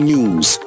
News